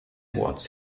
edwards